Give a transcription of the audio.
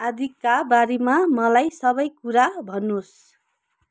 आँधीका बारेमा मलाई सबैकुरा भन्नुहोस्